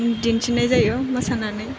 दिन्थिनाय जायो मोसानानै